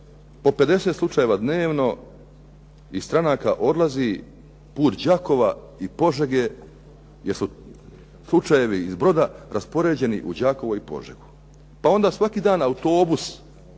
po 50 slučajeva dnevno i stranaka odlazi put Đakova i Požege jer su slučajevi iz Broda raspoređeni u Đakovo i Požegu, pa onda svaki dan autobus